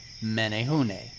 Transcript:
Menehune